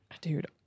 Dude